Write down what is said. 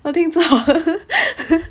我听错